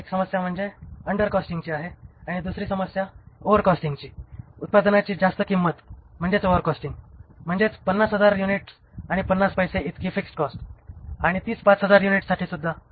एक समस्या ही अंडर कॉस्टिंगची आहे आणि दुसरी समस्या ओव्हर कॉस्टिंगची उत्पादनाची जास्त किंमत म्हणजे 50000 युनिट्स आणि 50 पैसे इतकी फिक्स्ड कॉस्ट आणि हीच 5000 युनिट्स साठी सुद्धा